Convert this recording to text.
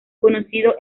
conocido